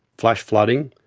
flash-flooding,